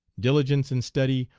diligence in study,